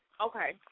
Okay